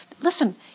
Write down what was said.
Listen